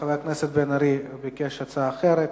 חבר הכנסת בן-ארי ביקש הצעה אחרת,